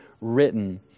written